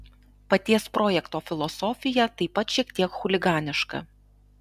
paties projekto filosofija taip pat šiek tiek chuliganiška